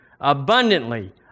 abundantly